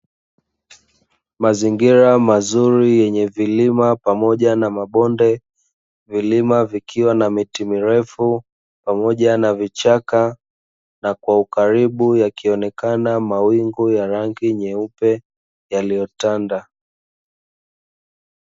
Mazingira mazuri yenye vilima pamoja na mabonde vilima vikiwa na miti mirefu pamoja na vichaka, na kwa ukaribu yakionekana mawingu ya rangi nyeupe yaliyotanda.